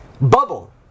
bubble